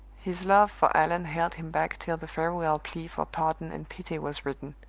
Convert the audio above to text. his love for allan held him back till the farewell plea for pardon and pity was written.